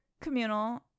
communal